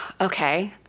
Okay